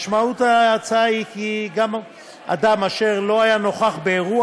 משמעות ההצעה היא כי גם אדם אשר לא היה נוכח באירוע